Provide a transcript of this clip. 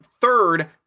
third